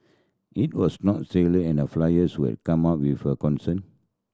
it was not in a flyers come up with a concern